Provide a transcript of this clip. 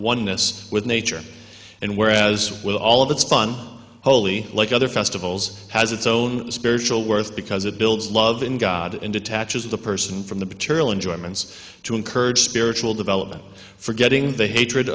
oneness with nature and whereas with all of its fun holy like other festivals has its own spiritual worth because it builds love in god and attaches the person from the material enjoyments to encourage spiritual development forgetting the hatred